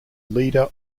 leader